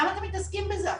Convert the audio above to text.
למה אתם מתעסקים בזה עכשיו?